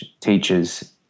teachers